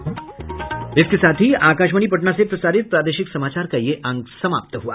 इसके साथ ही आकाशवाणी पटना से प्रसारित प्रादेशिक समाचार का ये अंक समाप्त हुआ